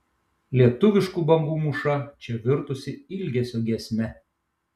lietuviškų bangų mūša čia virtusi ilgesio giesme